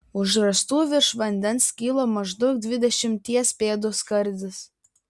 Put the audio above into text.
už rąstų virš vandens kilo maždaug dvidešimties pėdų skardis